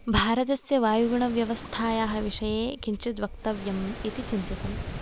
भारतस्य वायुगुणव्यवस्थायाः विषये किञ्चित् वक्तव्यं इति चिन्तितम्